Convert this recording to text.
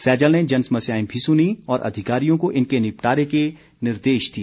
सैजल ने जन समस्याएं भी सुनीं और अधिकारियों को इनके निपटारे के निर्देश दिए